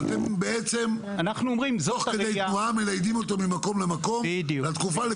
ואתם תוך כדי תנועה מניידים אותו ממקום למקום בתקופה,